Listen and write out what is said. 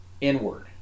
Inward